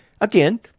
Again